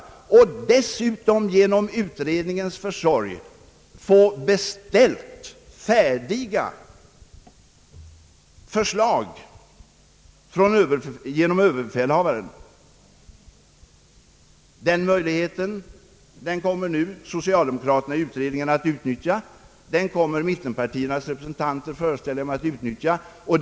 Dessutom kan partierna genom utredningens försorg beställa färdiga förslag från överbefälhavaren. Den möjligheten kommer socialdemokraterna i utredningen att utnyttja, och jag föreställer mig att mittenpartiernas representanter också kommer att göra det.